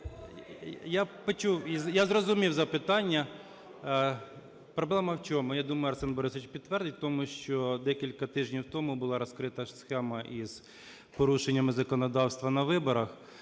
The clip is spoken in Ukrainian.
я зрозумів запитання. Проблема в чому? Я думаю, Арсен Борисович підтвердить, у тому, що декілька тижнів тому була розкрита схема із порушеннями законодавства на виборах.